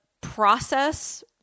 process